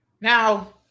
Now